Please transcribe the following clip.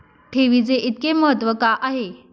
ठेवीचे इतके महत्व का आहे?